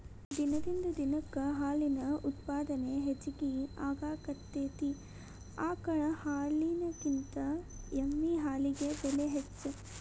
ದಿನದಿಂದ ದಿನಕ್ಕ ಹಾಲಿನ ಉತ್ಪಾದನೆ ಹೆಚಗಿ ಆಗಾಕತ್ತತಿ ಆಕಳ ಹಾಲಿನಕಿಂತ ಎಮ್ಮಿ ಹಾಲಿಗೆ ಬೆಲೆ ಹೆಚ್ಚ